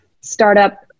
startup